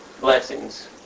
blessings